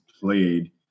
played